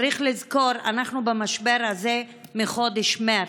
צריך לזכור שאנחנו במשבר הזה מחודש מרץ.